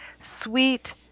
sweet